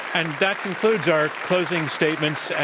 and that concludes our closing statements.